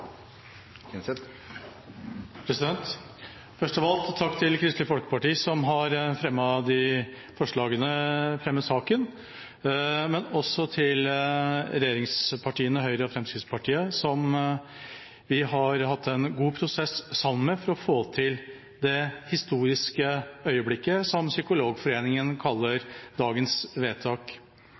refererte til. Først av alt: Takk til Kristelig Folkeparti, som har fremmet denne saken, men også til regjeringspartiene – Høyre og Fremskrittspartiet – som vi har hatt en god prosess sammen med for å få til det historiske øyeblikket, som Psykologforeningen kaller dagens vedtak.